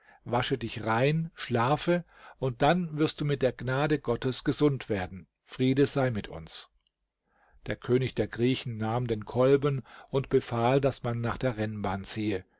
wasche dich rein schlafe und dann wirst du mit der gnade gottes gesund werden friede sei mit uns der könig der griechen nahm den kolben und befahl daß man nach der rennbahn ziehe